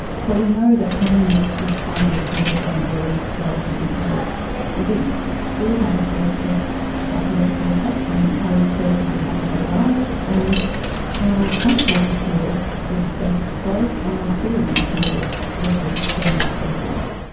so we know that having these kinds of boys will be boys girls will be girls' beliefs do have a host of psychological effects on how we prefer to arrange our lives and how comfortable we feel with the status quo and our feelings towards progressive gender policies.